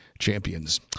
champions